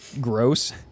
gross